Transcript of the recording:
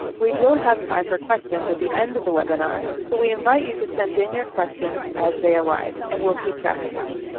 we will have time for questions at the end of the webinar, but we invite you to send in your questions as they arise and we will keep track of them.